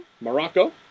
Morocco